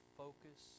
focus